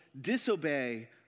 disobey